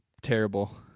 Terrible